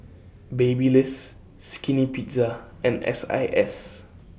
Babyliss Skinny Pizza and S I S